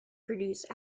produced